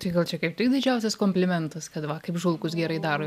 tai gal čia kaip tai didžiausias komplimentas kad va kaip žulkus gerai daro